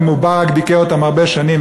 ומובארק דיכא אותם הרבה שנים,